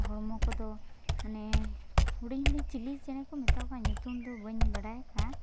ᱦᱚᱲᱢᱚ ᱠᱚᱫᱚ ᱢᱟᱱᱮ ᱦᱩᱰᱤᱧ ᱦᱩᱰᱤᱧ ᱪᱤᱞᱤ ᱪᱮᱬᱮ ᱠᱚ ᱢᱮᱛᱟᱣ ᱠᱚᱣᱟ ᱧᱩᱛᱩᱢ ᱫᱚ ᱵᱟᱹᱧ ᱵᱟᱰᱟᱭ ᱠᱟᱱ